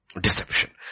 Deception